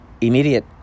immediate